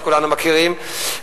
שכולנו מכירים,